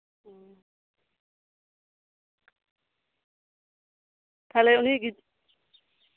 ᱛᱟᱞᱦᱮ ᱩᱱᱤ ᱜᱤᱫᱽᱨᱟᱹ